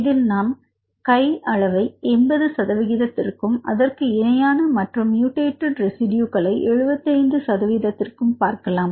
இதில் நாம் கை அளவை 80 சதவீதத்திற்கும் அதற்கு இணையான மற்ற மியூட்டேடெட் ரெசிடியூகளை 75 சதவீதத்திற்கும் பார்க்கலாம்